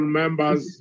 members